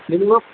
minimum